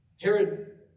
Herod